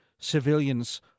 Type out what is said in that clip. civilians